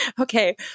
Okay